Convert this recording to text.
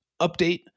update